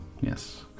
yes